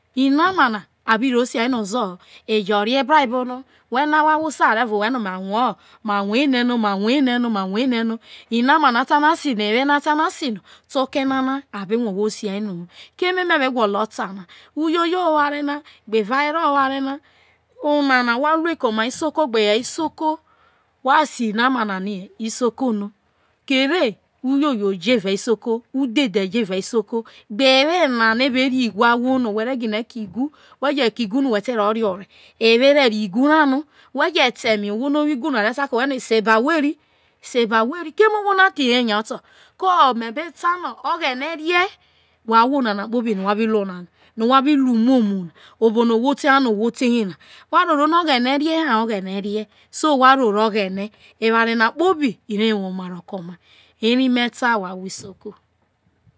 Ina ma no a ta no a si no a bi ro si no ozoro ejo re ibra bono who no ahwo awosa ma rue ene no ma ene no ma rue ene no inama no a ta ta na si no gbe ewe no a ta na si no a be rue ohwo sia no ho ko eme me be ta na uyoyo ho oware na gbe evawere ho oware wa si inama no isoko no kere who re ko egu we je ko egu no who te ru re ore ewe eve gine re igu ra no wo̱ je te ta eme ohwo na ka ta no sebawori sebawori keme ohwo na me be ta oghene re who roro no oghene re ha ha oghene re so wa roo oghene oware na kpobi ive woma ke oma ere me ta wa ahoo isoko